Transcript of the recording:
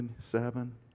seven